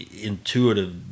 intuitive